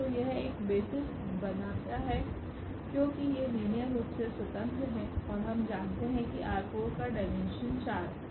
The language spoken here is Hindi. तो यह एक बेसिस बनाता है क्योंकि ये लीनियर रूप से स्वतंत्र हैं और हम जानते हैं कि R4 का डायमेंशन 4 है